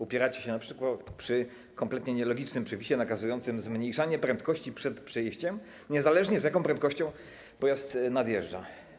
Upieracie się np. przy kompletnie nielogicznym przepisie nakazującym zmniejszanie prędkości przed przejściem, niezależnie od tego, z jaką prędkością pojazd nadjeżdża.